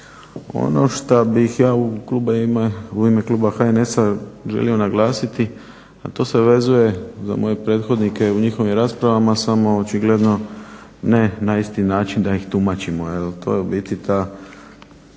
Ono što bih ja u ime kluba HNS-a želio naglasiti, a to se vezuje za moje prethodnike u njihovim raspravama samo očigledno ne na isti način da ih tumačimo.